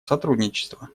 сотрудничества